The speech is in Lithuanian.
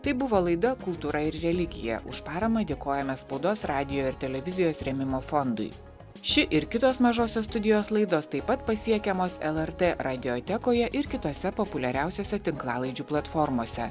tai buvo laida kultūra ir religija už paramą dėkojame spaudos radijo ir televizijos rėmimo fondui ši ir kitos mažosios studijos laidos taip pat pasiekiamos lrt radiotekoje ir kitose populiariausiose tinklalaidžių platformose